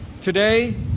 Today